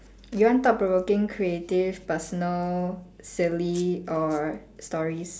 you want thought provoking creative personal silly or stories